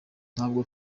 ntabwo